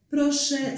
Proszę